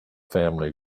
family